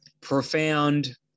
profound